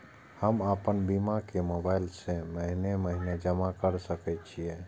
हम आपन बीमा के मोबाईल से महीने महीने जमा कर सके छिये?